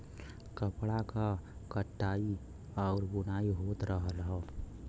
कपड़ा क कताई आउर बुनाई होत रहल हौ